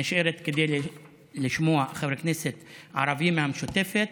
נשארת כדי לשמוע חבר כנסת ערבי מהמשותפת,